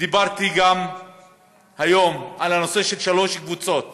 דיברתי היום גם על הנושא של שלוש קבוצות